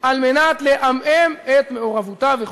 על מנת לעמעם את מעורבותה וכו'.